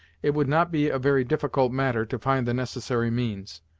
it would not be a very difficult matter to find the necessary means.